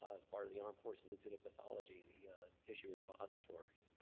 as part of the armed forces institute of pathology, the tissue repository.